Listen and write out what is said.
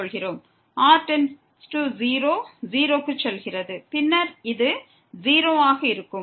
r→0 0 க்கு செல்கிறது பின்னர் இது 0 ஆக இருக்கும்